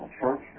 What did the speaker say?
church